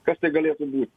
kas tai galėtų būti